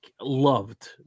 loved